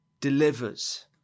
delivers